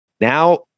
now